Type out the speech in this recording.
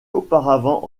auparavant